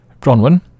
Bronwyn